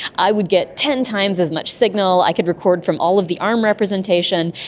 i would get ten times as much signal, i could record from all of the arm representation.